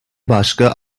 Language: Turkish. başka